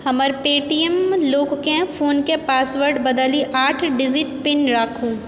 हमर पेटीएम लॉककेँ फोनकें पासवर्ड बदलि आठ डिजिट पिन राखू